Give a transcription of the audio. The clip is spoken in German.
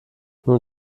nun